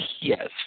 Yes